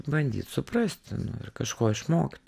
bandyt suprasti ir kažko išmokt